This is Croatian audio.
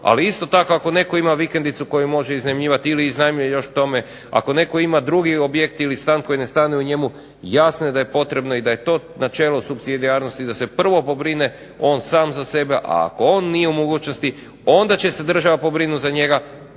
Ali, isto tako ako netko ima vikendicu koju može iznajmljivati ili iznajmljuje još k tome, ako netko ima drugi objekt ili stan koji ne stanuje u njemu jasno je da je potrebno i da je to načelo supsidijarnosti da se prvo pobrine on sam za sebe, a ako on nije u mogućnosti onda će se država pobrinuti za njega